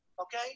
Okay